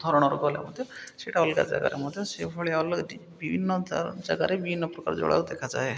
ଧରଣର ଗଲେ ମଧ୍ୟ ସେଇଟା ଅଲଗା ଜାଗାରେ ମଧ୍ୟ ସେଭଳିଆ ବିଭିନ୍ନ ଜାଗାରେ ବିଭିନ୍ନ ପ୍ରକାର ଜଳବାୟୁ ଦେଖାଯାଏ